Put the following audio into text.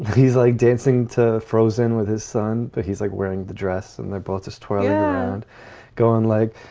he's like dancing to frozen with his son, but he's like wearing the dress. and they're both as tall and going like,